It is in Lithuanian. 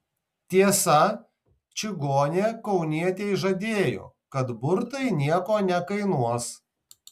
tiesa čigonė kaunietei žadėjo kad burtai nieko nekainuos